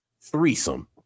threesome